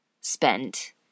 spent